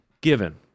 given